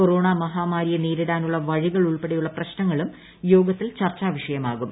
corona മഹാമാരിയെ നേരിടാനുള്ള വഴികൾ ഉൾപ്പെടെയുള്ള പ്രശ്നങ്ങളും യോഗത്തിൽ ചർച്ചാവിഷയമാകും